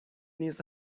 نیز